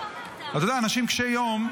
אתה יודע, אנשים קשי יום,